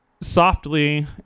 softly